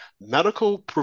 medical